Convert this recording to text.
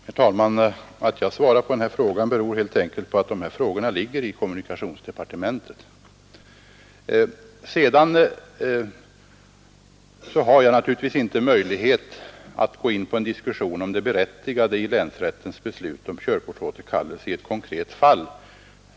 Herr talman! Att jag svarat på denna fråga beror helt enkelt på att dessa ärenden ligger i kommunikationsdepartementet. Jag har ju inte möjlighet att gå in på en diskussion om det berättigade i länsrättens körkortsåterkallelse i ett konkret fall.